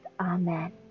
Amen